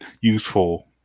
useful